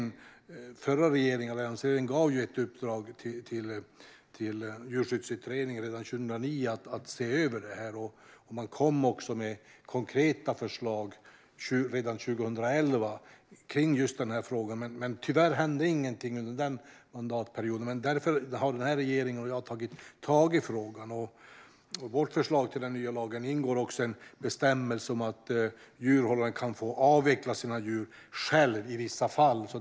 Den förra regeringen, alliansregeringen, gav ju ett uppdrag till Djurskyddsutredningen redan 2009 att se över det här. Man kom också med konkreta förslag redan 2011 rörande just den här frågan. Tyvärr hände ingenting under den mandatperioden, men därför har den här regeringen och jag tagit tag i frågan. I vårt förslag till den nya lagen ingår en bestämmelse om att djurhållaren kan få avveckla sina djur själv i vissa fall.